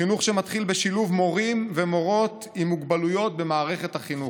חינוך שמתחיל בשילוב מורים ומורות עם מוגבלויות במערכת החינוך.